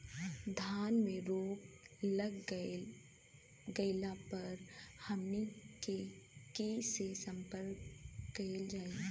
धान में रोग लग गईला पर हमनी के से संपर्क कईल जाई?